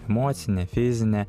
mocinę fizinę